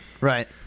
right